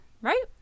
right